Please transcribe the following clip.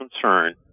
concern